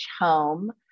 Home